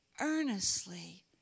earnestly